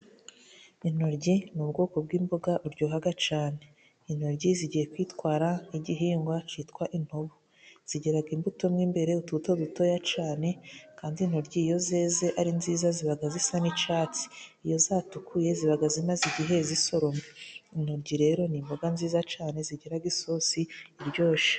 Intoryi ni ubwoko bw'imboga buryoha cyane. Intoryi zigiye kwitwara nk'igihingwa cyitwa intobo. Zigera imbuto mo imbere, utubuto dutoya cyane kandi intoryi iyo zeze ari nziza ziba zisa n'icyatsi, iyo zatukuye ziba zimaze igihe zisoromwe. Intoryi rero ni imboga nziza cyane zigira isosi iryoshye.